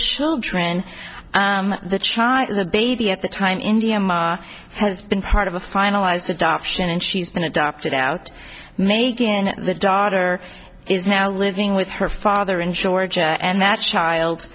children the child the baby at the time india ma has been part of a finalized adoption and she's been adopted out megan the daughter is now living with her father in georgia and that child